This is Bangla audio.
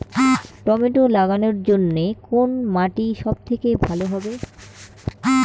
টমেটো লাগানোর জন্যে কোন মাটি সব থেকে ভালো হবে?